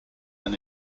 than